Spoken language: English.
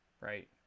Right